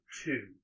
two